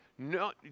No